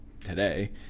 today